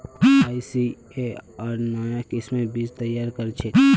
ICAR नाया किस्मेर बीज तैयार करछेक